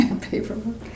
Paperwork